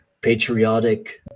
patriotic